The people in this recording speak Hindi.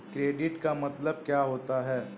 क्रेडिट का मतलब क्या होता है?